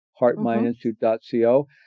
HeartMindInstitute.co